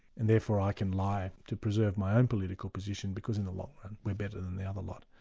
and therefore i can lie to preserve my own political position, because in the long run, we're better than the other lot.